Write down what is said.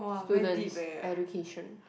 students education